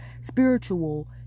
spiritual